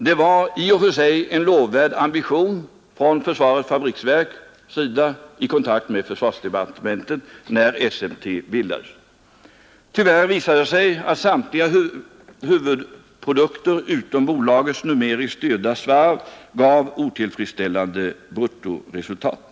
Det var i och för sig en lovvärd ambition från försvarets fabriksverks sida i kontakt med försvarsdepartementet när SMT bildades. Tyvärr visade det sig att samtliga huvudprodukter utom bolagets numeriskt styrda svarv gav otillfredsställande bruttoresultat.